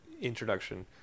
introduction